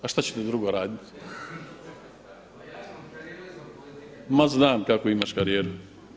A šta ćete drugo raditi? … [[Upadica sa strane, ne čuje se.]] Ma znam kakvu imaš karijeru!